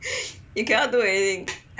you cannot do anything